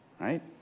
right